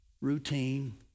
routine